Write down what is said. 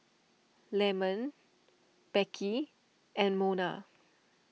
Leamon Beckie and Mona